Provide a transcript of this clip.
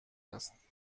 است